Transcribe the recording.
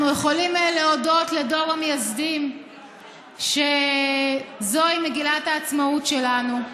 אנחנו יכולים להודות לדור המייסדים שזוהי מגילת העצמאות שלנו.